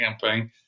campaign